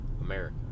America